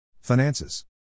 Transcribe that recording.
Finances